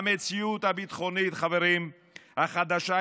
המציאות הביטחונית החדשה,